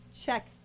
check